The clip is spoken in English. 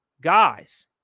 guys